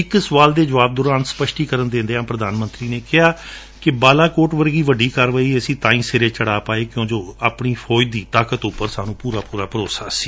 ਇਕ ਸਵਾਲ ਦੇ ਜਵਾਬ ਦੋਰਾਨ ਸਪਸ਼ਟੀਕਰਨ ਦਿੰਦਿਆਂ ਪ੍ਰਧਾਨ ਮੰਤਰੀ ਨੇ ਕਿਹਾ ਕਿ ਬਾਲਾਕਟ ਵਰਗੀ ਵੱਡੀ ਕਾਰਵਾਈ ਅਸੀ ਤਾਂ ਹੀ ਸਿਰੇ ਚੜਾ ਪਾਏ ਕਿਉਂ ਜੋ ਆਪਣੀ ਫੌਜ ਦੀ ਤਾਕਤ ਉਪਰ ਸਾਨੰ ਪੁਰਾ ਪੁਰਾ ਭਰੋਸਾ ਸੀ